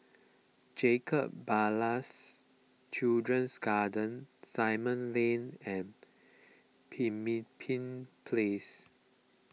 Jacob Ballas Children's Garden Simon Lane and Pemimpin Place